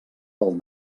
pel